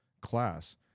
class